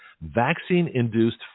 Vaccine-induced